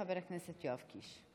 חבר הכנסת יואב קיש.